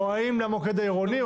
או האם למוקד העירוני,